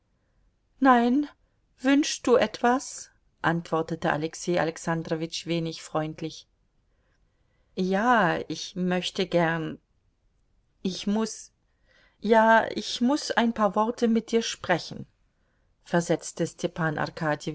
nein wünschst du etwas antwortete alexei alexandrowitsch wenig freundlich ja ich möchte gern ich muß ja ich muß ein paar worte mit dir sprechen versetzte stepan